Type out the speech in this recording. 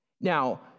Now